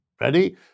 Ready